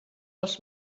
els